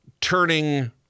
turning